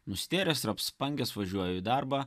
nustėręs ir apspangęs važiuoju į darbą